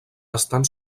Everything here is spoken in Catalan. estan